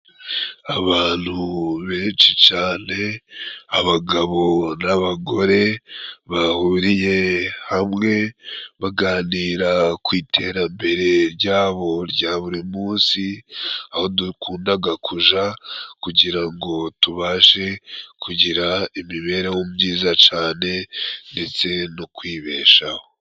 Abantu benshi cane abagabo n'abagore bahuriye hamwe baganira ku iterambere ryabo rya buri munsi ,aho dukundaga kuja kugira ngo tubashe kugira imibereho myiza cane ndetse no kwibeshaho.